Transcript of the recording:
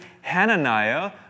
Hananiah